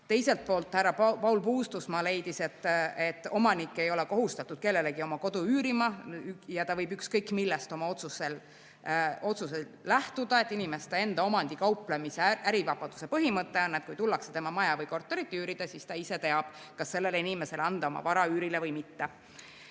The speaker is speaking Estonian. Teiselt poolt leidis härra Paul Puustusmaa, et omanik ei ole kohustatud kellelegi oma kodu üürima ja võib ükskõik millest oma otsuses lähtuda, inimeste enda omandiga kauplemise ja ärivabaduse põhimõte on, et kui tullakse tema maja või korterit üürima, siis ta ise teab, kas sellele inimesele anda oma vara üürile või mitte.